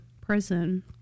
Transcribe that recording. prison